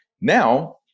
Now